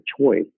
choice